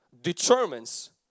determines